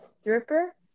Stripper